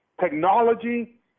technology